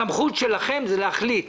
הסמכות שלכם להחליט